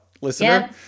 listener